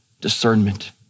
discernment